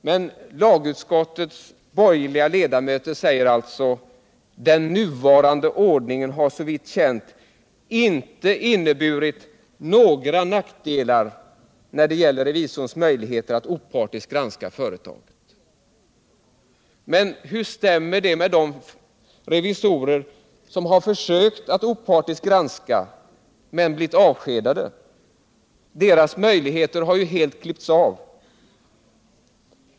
Men lagutskottets borgerliga ledamöter säger alltså: ”Den nuvarande ordningen hade såvitt känt inte inneburit några nackdelar när det gäller revisorns möjligheter att opartiskt granska företaget.” Hur stämmer det för de revisorer som har försökt att granska opartiskt men blivit avskedade? Deras möjligheter har ju helt klippts av.